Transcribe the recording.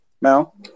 mel